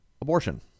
abortion